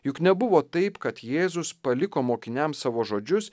juk nebuvo taip kad jėzus paliko mokiniams savo žodžius